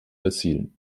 erzielen